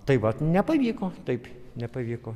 tai vat nepavyko taip nepavyko